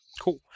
Cool